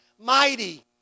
mighty